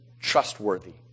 trustworthy